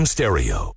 Stereo